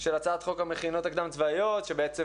של הצעת חוק המכינות הקדם-צבאיות שבעצם